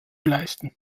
leisten